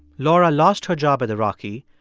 laura lost her job at the rocky,